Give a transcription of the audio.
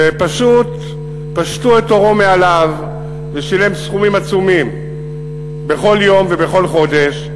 שפשוט פשטו את עורו מעליו והוא שילם סכומים עצומים בכל יום ובכל חודש,